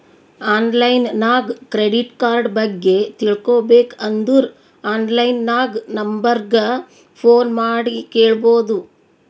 online ನಾಗ್ credit card ಬಗ್ಗೆ ತಿಳ್ಕೋಬೇಕ್ ಅಂದುರ್ ಆನ್ಲೈನ್ ನಾಗ್ ನಂಬರ್ ಗ ಫೋನ್ ಮಾಡಿ ಕೇಳ್ಬೋದು